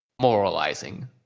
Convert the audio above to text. moralizing